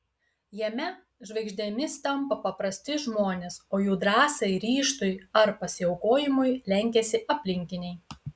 jame žvaigždėmis tampa paprasti žmonės o jų drąsai ryžtui ar pasiaukojimui lenkiasi aplinkiniai